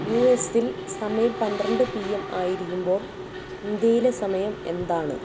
U S ൽ സമയം പന്ത്രണ്ട് പി എം ആയിരിക്കുമ്പോൾ ഇന്ത്യയിലെ സമയം എന്താണ്